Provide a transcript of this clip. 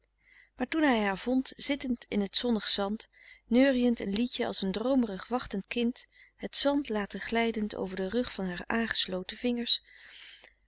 maar toen hij haar vond zittend in t zonnig zand neuriënd een liedje als een droomerig wachtend kind het zand latend glijden over den rug van haar aangesloten vingers